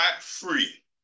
free